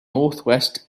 northwest